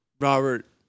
Robert